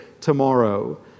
tomorrow